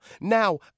Now